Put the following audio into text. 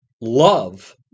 love